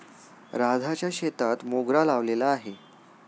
राधाच्या शेतात मोगरा लावलेला आहे